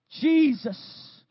Jesus